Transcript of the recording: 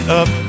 up